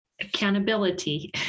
Accountability